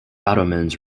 ottomans